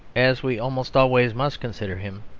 as we almost always must consider him,